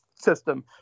System